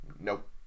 Nope